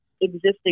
existing